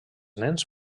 nens